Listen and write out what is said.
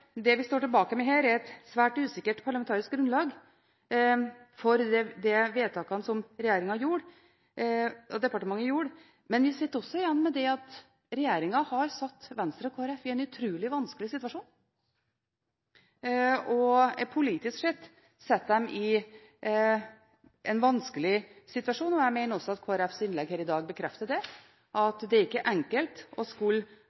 det vi står tilbake med her, er et svært usikkert parlamentarisk grunnlag for de vedtakene som regjeringen og departementet gjorde, men vi sitter også igjen med at regjeringen har satt Venstre og Kristelig Folkeparti i en utrolig vanskelig situasjon, og politisk sett setter dem i en vanskelig situasjon. Jeg mener også at Kristelig Folkepartis innlegg her i dag bekrefter at det er ikke enkelt å